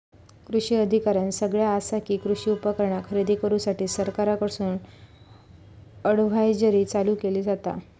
कृषी अधिकाऱ्यानं सगळ्यां आसा कि, कृषी उपकरणा खरेदी करूसाठी सरकारकडून अडव्हायजरी चालू केली जाता